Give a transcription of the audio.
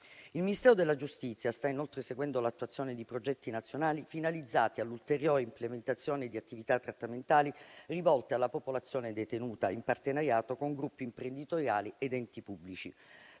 Il Ministero della giustizia sta inoltre seguendo l'attuazione di progetti nazionali finalizzati all'ulteriore implementazione di attività trattamentali rivolte alla popolazione detenuta, in partenariato con gruppi imprenditoriali ed enti pubblici.